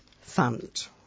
fund